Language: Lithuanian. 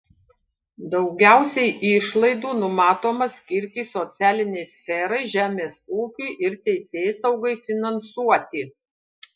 daugiausiai išlaidų numatoma skirti socialinei sferai žemės ūkiui ir teisėsaugai finansuoti